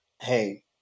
Hey